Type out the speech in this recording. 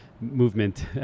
movement